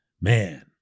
man